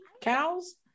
cows